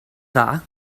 dda